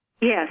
Yes